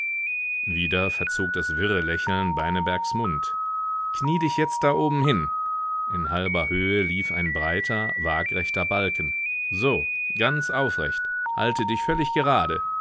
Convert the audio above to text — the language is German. wieder verzog das wirre lächeln beinebergs mund knie dich jetzt da oben hin in halber höhe lief ein breiter wagrechter balken so ganz aufrecht halte dich völlig gerade